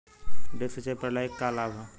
Drip सिंचाई प्रणाली के का लाभ ह?